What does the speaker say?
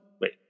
Wait